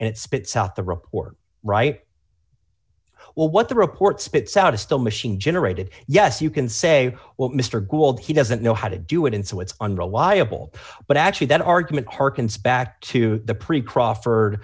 it spits out the report right well what the report spits out is still machine generated yes you can say well mr gould he doesn't know how to do it and so it's unreliable but actually that argument harkens back to the pre crawford